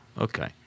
okay